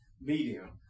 medium